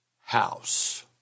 house